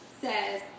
says